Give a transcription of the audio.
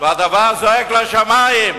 והדבר זועק לשמים.